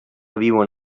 viuen